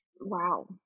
Wow